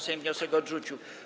Sejm wniosek odrzucił.